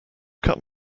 cut